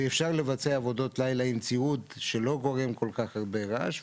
ואפשר לבצע עבודות לילה עם ציוד שלא גורם כל-כך הרבה רעש,